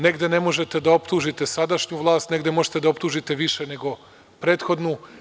Negde ne možete da optužite sadašnju vlast, negde možete da je optužite više nego prethodnu.